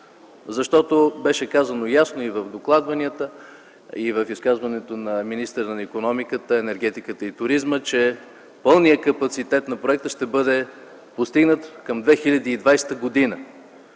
защото беше казано ясно и в докладите, и в изказванията на министъра на икономиката, енергетиката и туризма, че пълният капацитет на проекта ще бъде постигнат към 2020 г.